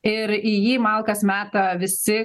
ir į jį malkas meta visi